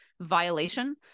violation